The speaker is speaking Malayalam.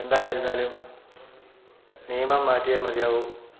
എന്തായിരുന്നാലും നിയമം മാറ്റിയേ മതിയാകൂ